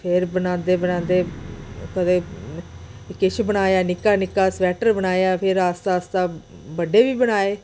फिर बनांदे बनांदे कुदै किश बनाया निक्का निक्का स्वैटर बनाया फिर आस्ता आस्ता बड्डे बी बनाए